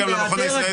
ברור לא.